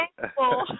thankful